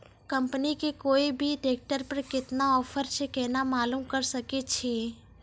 Company के कोय भी ट्रेक्टर पर केतना ऑफर छै केना मालूम करऽ सके छियै?